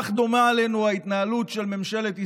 כך דומה עלינו ההתנהלות של ממשלת ישראל,